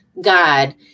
God